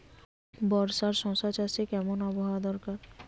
বর্ষার শশা চাষে কেমন আবহাওয়া দরকার?